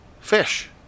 fish